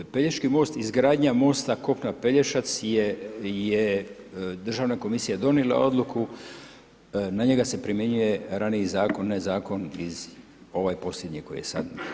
Pelješki most, izgradnja mosta kopno - Peljašac je državna komisija donijela odluku, na njega se primjenjuje raniji zakon, onaj zakon iz, ovaj posljednji koji je sad.